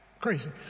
Crazy